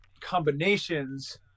combinations